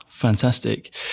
Fantastic